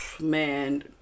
man